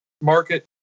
market